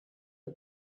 the